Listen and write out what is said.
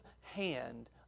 hand